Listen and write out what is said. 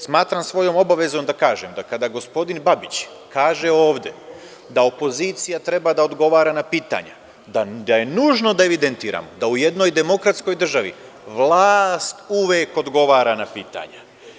Smatram svojom obavezom da kažem da kada gospodin Babić kaže ovde da opozicija treba da odgovara na pitanja da je nužno da evidentiramo da u jednoj demokratskoj državi vlast uvek odgovara na pitanja.